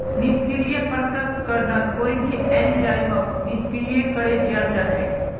निष्क्रिय प्रसंस्करणत कोई भी एंजाइमक निष्क्रिय करे दियाल जा छेक